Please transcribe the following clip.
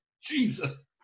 Jesus